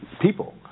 people